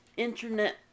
Internet